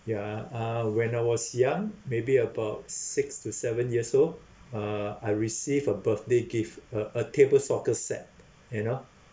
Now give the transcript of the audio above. ya uh when I was young maybe about six to seven years old uh I received a birthday gift a a table soccer set you know